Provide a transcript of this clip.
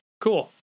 Cool